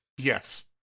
Yes